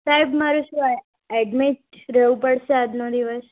સાહેબ મારે શું એ ઍડમિટ રહેવું પડશે આજનો દિવસ